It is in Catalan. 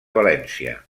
valència